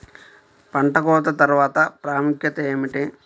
పంట కోత తర్వాత ప్రాముఖ్యత ఏమిటీ?